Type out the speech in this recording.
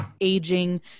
aging